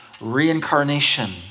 reincarnation